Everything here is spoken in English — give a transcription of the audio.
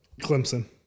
Clemson